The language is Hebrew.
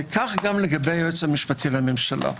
וכך גם לגבי היועץ המשפטי לממשלה.